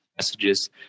messages